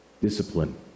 Discipline